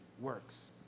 works